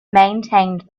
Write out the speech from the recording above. maintained